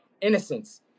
innocence